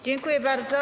Dziękuję bardzo.